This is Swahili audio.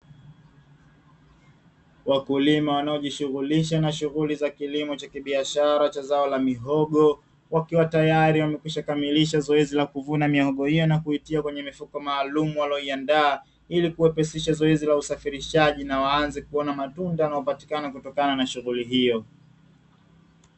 Wakulima wanaojishughulisha na shughuli za kilimo cha kibiashara cha zao la mihogo, wakiwa tayari wamekwishakamilisha zoezi la kuvuna mihogo hiyo na kuitia kwenye mifuko maalumu waliyoiandaa, ili kuwepesisha zoezi la usafirishaji na waanze kuaona matunda yanayopatikana kutokana na shughuli hiyo.